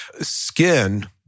Skin